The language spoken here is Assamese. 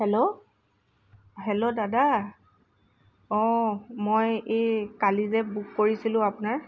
হেল্ল' হেল্ল' দাদা অঁ মই এই কালি যে বুক কৰিছিলো আপোনাৰ